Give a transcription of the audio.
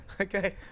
Okay